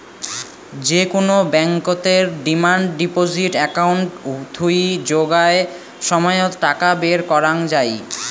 যে কুনো ব্যাংকতের ডিমান্ড ডিপজিট একাউন্ট থুই সোগায় সময়ত টাকা বের করাঙ যাই